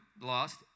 lost